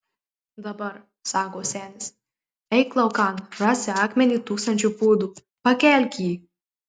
dabar sako senis eik laukan rasi akmenį tūkstančio pūdų pakelk jį